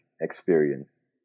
experience